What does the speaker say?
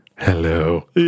Hello